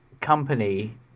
company